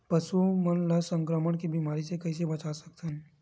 पशु मन ला संक्रमण के बीमारी से कइसे बचा सकथन?